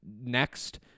next